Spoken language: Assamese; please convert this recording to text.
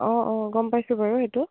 অঁ অঁ গম পাইছোঁ বাৰু এইটো